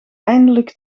eindelijk